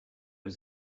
was